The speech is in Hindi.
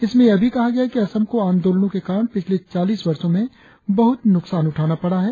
इसमें यह भी कहा गया है कि असम को आंदोलनों के कारण पिछले चालीस वर्षों में बहुत नुकसान उठाना पड़ा है